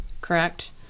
correct